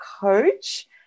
coach